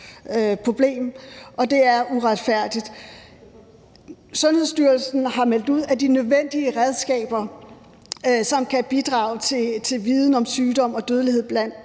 problem, og det er uretfærdigt. Sundhedsstyrelsen har meldt ud, at de nødvendige redskaber, som kan bidrage til viden om sygdom og dødelighed blandt